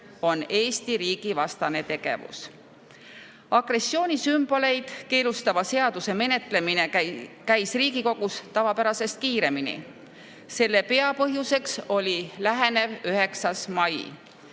on Eesti riigi vastane tegevus. Agressioonisümboleid keelustava seaduse menetlemine käis Riigikogus tavapärasest kiiremini. Selle peapõhjuseks oli lähenev 9. mai.